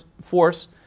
force